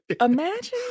Imagine